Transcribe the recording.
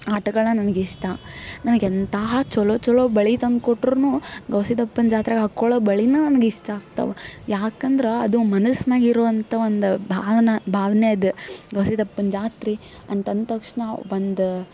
ಆಟಗಳಾ ನಂಗೆ ಇಷ್ಟ ನನಗೆ ಎಂತಹಾ ಚಲೋ ಚಲೋ ಬಳಿ ತಂದು ಕೊಟ್ರೂ ಗವಿ ಸಿದ್ದಪ್ಪನ ಜಾತ್ರೆಗೆ ಹಾಕೊಳ್ಳೋ ಬಳಿನಾ ನಂಗೆ ಇಷ್ಟ ಆಗ್ತವೆ ಯಾಕಂದ್ರೆ ಅದು ಮನಸ್ನಾಗ ಇರುವಂಥ ಒಂದು ಭಾವನ ಭಾವ್ನೆದು ಗವಿ ಸಿದ್ದಪ್ಪನ ಜಾತ್ರೆ ಅಂತ ಅಂದ ತಕ್ಷಣ ಒಂದು